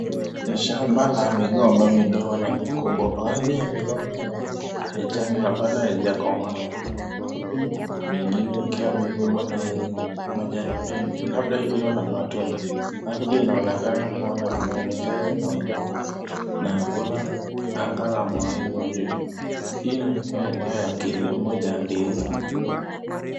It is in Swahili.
Ni shamba la migomba midogo na mikubwa baadhi ya migomba ni ya kijani na bado haijakomaa huku mengine ikiwa mikubwa na yenye majani mengi labda ikiwa na matunda. Ardhi inaonekana kuwa na mimea michache na udongo na hakuna anga la mawingu juu. Hii inaonyesha eneo ya kilimo cha ndizi.